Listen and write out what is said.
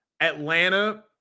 Atlanta